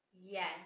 yes